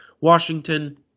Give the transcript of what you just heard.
Washington